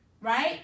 Right